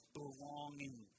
belonging